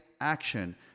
action